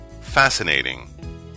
Fascinating